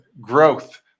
growth